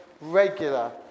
regular